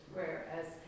Whereas